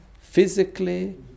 physically